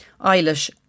Eilish